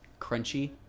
crunchy